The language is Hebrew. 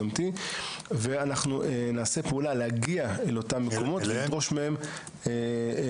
אנחנו נעשה פעולה להגיע אל אותם מקומות ולדרוש מהם לפעול.